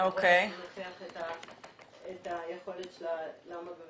את היכולת שלה.